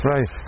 Right